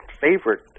favorite